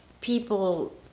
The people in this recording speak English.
people